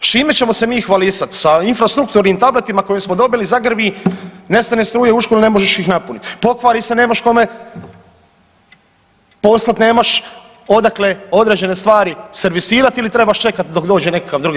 S čime ćemo se mi hvalisati, sa infrastrukturnim tabletima koje smo dobili, zagrmi, nestane struje u školi ne možeš ih napuniti, pokvari se nemaš kome poslat nemaš odakle određene stvari servisirat ili trebaš čekat dok dođe nekakav drugi.